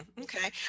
Okay